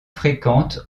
fréquente